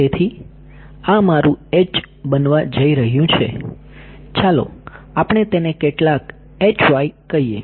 તેથી આ મારૂ બનવા જઈ રહ્યું છે ચાલો આપણે તેને કેટલાક કહીએ